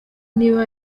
niba